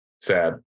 Sad